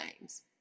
names